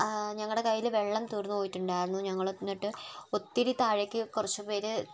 ഞങ്ങളുടെ കൈയിൽ വെള്ളം തീർന്നുപോയിട്ടുണ്ടായിരുന്നു ഞങ്ങൾ എന്നിട്ട് ഒത്തിരി താഴേക്ക് കുറച്ച് പേർ